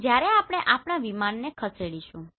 પછી જ્યારે આપણે આપણા વિમાનને ખસેડીશું